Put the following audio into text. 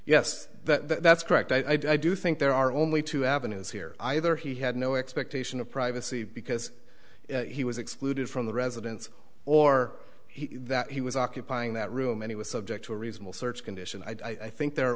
yes that's correct i do think there are only two avenues here either he had no expectation of privacy because he was excluded from the residence or that he was occupying that room and he was subject to a reasonable search condition i think the